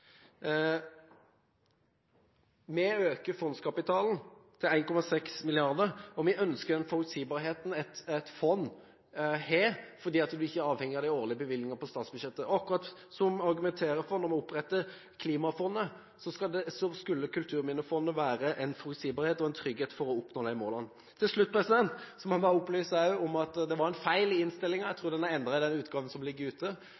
Vi øker fondskapitalen til 1,6 mrd. kr. Vi ønsker den forutsigbarheten et fond har fordi en ikke er avhengig av de årlige bevilgningene på statsbudsjettet. Akkurat som vi argumenterte for da vi opprettet klimafondet, skulle kulturminnefondet gi en forutsigbarhet og en trygghet for å oppnå de målene. Til slutt må jeg opplyse om at det var en feil i innstillingen – jeg tror den er endret i den utgaven som ligger ute.